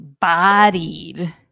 bodied